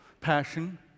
passion